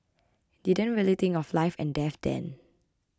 didn't really think of life and death then